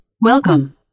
welcome